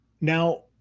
Now